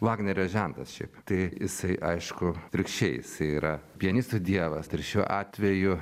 vagnerio žentas šiaip tai visai aišku atvirkščiai yra pianistų dievas ir šiuo atveju